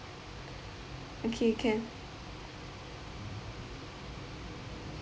okay can